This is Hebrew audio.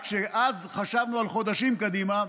רק שאז חשבנו על חודשים קדימה,